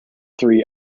three